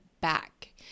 back